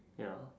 ya